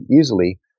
easily